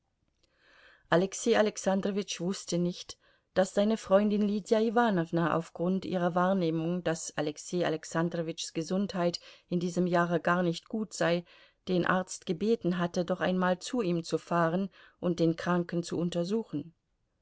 alexei alexandrowitsch wußte nicht daß seine freundin lydia iwanowna auf grund ihrer wahrnehmung daß alexei alexandrowitschs gesundheit in diesem jahre gar nicht gut sei den arzt gebeten hatte doch einmal zu ihm zu fahren und den kranken zu untersuchen